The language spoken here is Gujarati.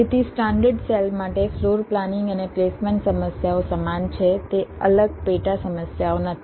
તેથી સ્ટાન્ડર્ડ સેલ માટે ફ્લોર પ્લાનિંગ અને પ્લેસમેન્ટ સમસ્યાઓ સમાન છે તે અલગ પેટા સમસ્યાઓ નથી